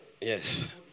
Yes